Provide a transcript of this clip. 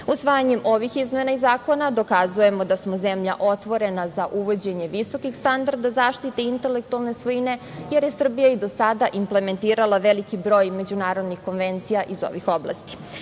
Usvajanjem ovih izmena i dopuna zakona dokazujemo da smo zemlja otvorena za uvođenje visokih standarda zaštita intelektualne svojine jer je Srbija i do sada implementirali veliki broj međunarodnih konvencija iz ovih oblasti. Na